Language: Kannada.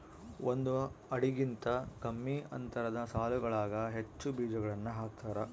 ಒಂದು ಅಡಿಗಿಂತ ಕಮ್ಮಿ ಅಂತರದ ಸಾಲುಗಳಾಗ ಹೆಚ್ಚು ಬೀಜಗಳನ್ನು ಹಾಕ್ತಾರ